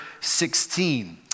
16